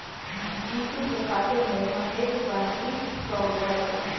जीतू के खाते में महज पैंतीस सौ रुपए बचे हैं